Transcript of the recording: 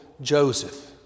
Joseph